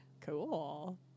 Cool